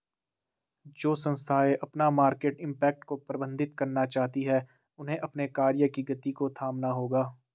जो संस्थाएं अपना मार्केट इम्पैक्ट को प्रबंधित करना चाहती हैं उन्हें अपने कार्य की गति को थामना होगा